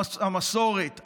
המסורת,